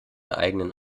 eigene